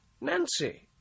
Nancy